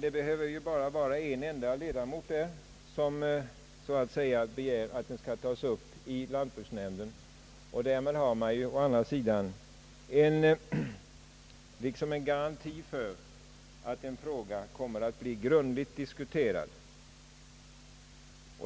Det behöver bara vara en enda ledamot som begär att frågan skall tas upp i lantbruksnämnden. Därmed har man liksom en garanti för att frågan kommer att bli grundligt diskuterad.